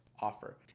offer